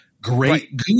great